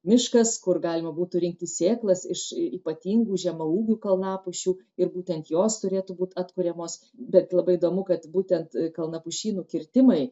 miškas kur galima būtų rinkti sėklas iš ypatingų žemaūgių kalnapušių ir būtent jos turėtų būti atkuriamos bet labai įdomu kad būtent kalnapušynų kirtimai